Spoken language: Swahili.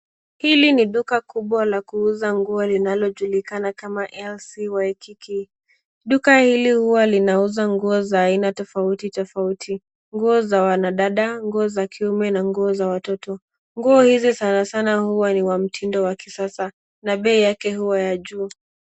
Hili ni duka kubwa la kuuza nguo linalojulikana kama LCYKK. Duka hili huwa linauza nguo za aina tofauti tofauti; nguo za wanadada, nguo za kiume na nguo za watoto. Nguo hizi sanasana huwa ni wa mtindo wa kisasa na bei yake huwa ya juu.